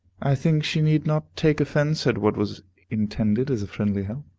i think she need not take offence at what was intended as a friendly help.